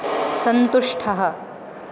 सन्तुष्टः